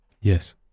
Yes